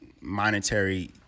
monetary